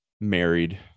married